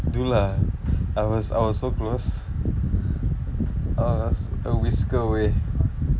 do lah I was I was so close I was a whisker away